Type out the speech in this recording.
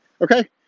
Okay